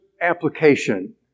application